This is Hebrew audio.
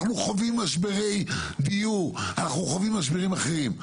חווים משברי דיור ואנחנו חווים משברים אחרים.